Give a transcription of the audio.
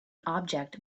object